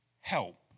help